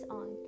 on